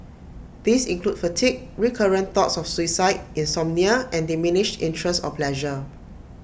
these include fatigue recurrent thoughts of suicide insomnia and diminished interest or pleasure